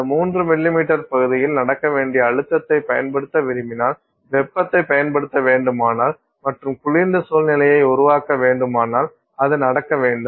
அந்த 3 மில்லிமீட்டர் பகுதியில் நடக்க வேண்டிய அழுத்தத்தை பயன்படுத்த விரும்பினால் வெப்பத்தைப் பயன்படுத்த வேண்டுமானால் மற்றும்குளிர்ந்த சூழ்நிலையை உருவாக்க வேண்டுமானால் அது நடக்க வேண்டும்